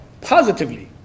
positively